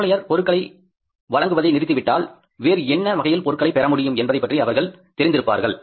supplier பொருட்களை வழங்குவதை நிறுத்திவிட்டாள் வேறு என்ன வகையில் பொருட்களை பெற முடியும் என்பதைப் பற்றி அவர்கள் தெரிந்து இருப்பார்கள்